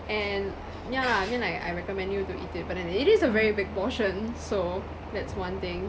and yeah I mean like I recommend you to eat it but then it is a very big portion so that's one thing